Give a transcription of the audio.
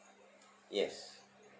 yes